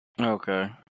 Okay